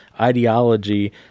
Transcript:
ideology